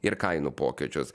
ir kainų pokyčius